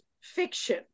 fiction